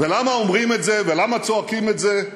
ולמה אומרים את זה ולמה צועקים את זה?